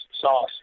Sauce